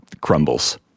crumbles